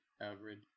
average